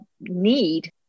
need